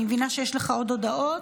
אני מבינה שיש לך עוד הודעות.